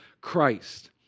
Christ